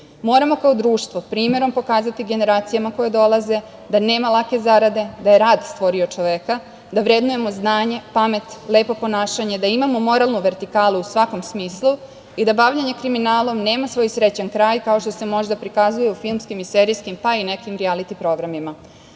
kao društvo primerom pokazati generacijama koje dolaze da nema lake zarade, da je rad stvorio čoveka, da vrednujemo znanje, pamet, lepo ponašanje, da imamo moralnu vertikalu u svakom smislu i da bavljenje kriminalom nema svoj srećan kraj, kao što se možda prikazuju u filmskim i serijskim, pa i nekim rijaliti programima.U